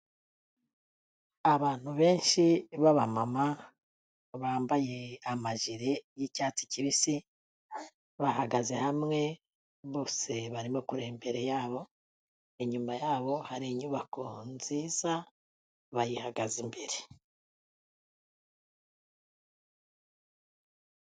Abantu benshi b'abamama bambaye amajire y'icyatsi kibisi, bahagaze hamwe bose barimo kureba imbere yabo, inyuma yabo hari inyubako nziza bayihagaze imbere.